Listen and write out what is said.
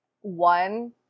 One